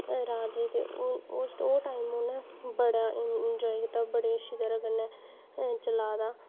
राजे दे ओह् टाइम उ'नें बड़ा इंजाय कीता टबड़ी अच्छी तरह् कन्नै चला दा